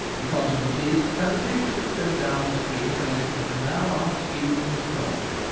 the consequence is that the fish which go down the stream and enter the canal are speedily destroyed,